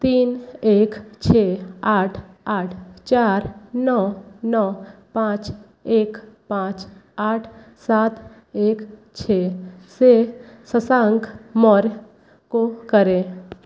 तीन एक छ आठ आठ चार नौ नौ पाँच एक पाँच आठ सात एक छ से शशांक मौर्य को करें